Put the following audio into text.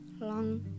long